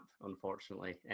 unfortunately